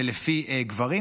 ולפי גברים,